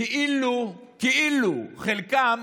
כאילו חלקם